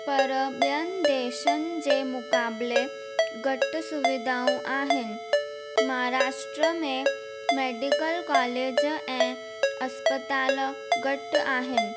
पर ॿियनि देशनि जे मुक़ाबले घटि सुविधाऊं आहिनि महाराष्ट्र में मैडिकल कॉलेज ऐं अस्पताल घटि आहिनि